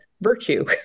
virtue